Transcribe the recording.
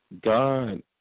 God